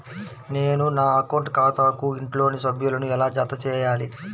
నేను నా అకౌంట్ ఖాతాకు ఇంట్లోని సభ్యులను ఎలా జతచేయాలి?